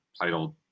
titled